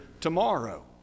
tomorrow